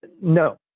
No